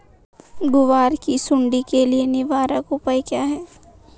ग्वार की सुंडी के लिए निवारक उपाय क्या है?